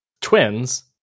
twins